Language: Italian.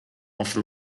offre